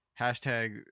Hashtag